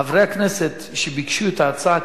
חברי הכנסת שביקשו את ההצעה,